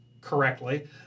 correctly